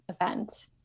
event